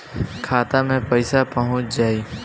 खाता मे पईसा पहुंच जाई